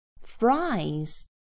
Fries